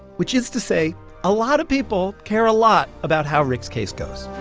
which is to say a lot of people care a lot about how rick's case goes